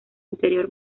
interior